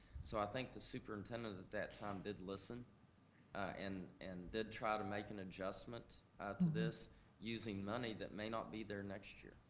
so i think the superintendent at that time did listen and and did try to make an adjustment to this using money that may not be there next year.